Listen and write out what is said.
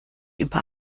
über